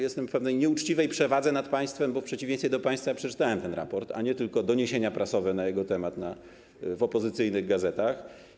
Jestem w pewnej nieuczciwej przewadze nad państwem, bo w przeciwieństwie do państwa ja przeczytałem ten raport, a nie tylko doniesienia prasowe na jego temat w opozycyjnych gazetach.